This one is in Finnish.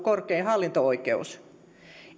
korkein hallinto oikeus